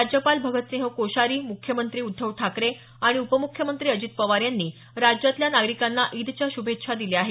राज्यपाल भगतसिंह कोश्यारी मुख्यमंत्री उद्धव ठाकरे आणि उपमुख्यमंत्री अजीत पवार यांनी राज्यातल्या नागरिकांना ईद च्या शुभेच्छा दिल्या आहेत